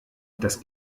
das